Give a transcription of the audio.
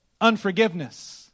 Unforgiveness